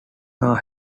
are